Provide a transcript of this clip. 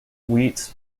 wheat